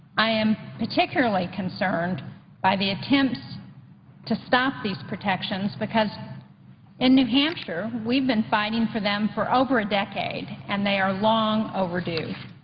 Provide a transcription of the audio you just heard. i am particularly concerned by the attempts to stop these protections because in new hampshire, we've been fighting for them for over a decade, and they are long overdue.